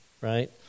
right